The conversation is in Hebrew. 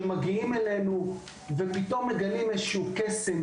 שמגיעים אלינו ופתאום מגלים איזשהו קסם.